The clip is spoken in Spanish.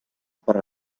para